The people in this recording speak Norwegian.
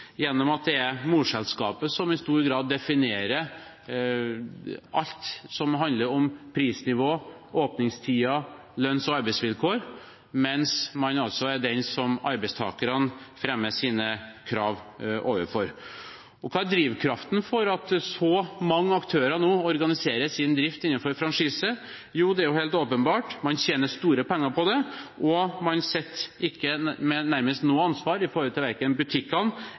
gjennom at det er morselskapet som i stor grad definerer alt som handler om prisnivå, åpningstider, lønns- og arbeidsvilkår, mens man altså er den som arbeidstakerne fremmer sine krav overfor. Hva er drivkraften bak at så mange aktører nå organiserer sin drift innenfor franchise? Jo, det er helt åpenbart: Man tjener store penger på det, og man sitter igjen med nesten ikke noe ansvar, verken overfor butikkene